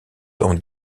dans